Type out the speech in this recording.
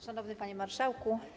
Szanowny Panie Marszałku!